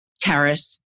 terrace